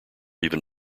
even